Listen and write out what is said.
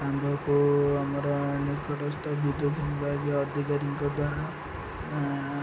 ଆଗକୁ ଆମର ନିକଟସ୍ଥ ବିଦ୍ୟୁତ୍ ବିଭାଗୀୟ ଅଧିକାରୀଙ୍କ ଦ୍ଵାରା